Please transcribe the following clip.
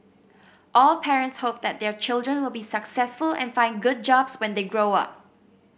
all parents hope that their children will be successful and find good jobs when they grow up